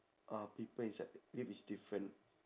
uh people inside lift is different